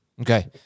Okay